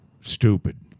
stupid